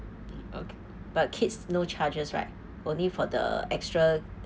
but kids no charges right only for the extra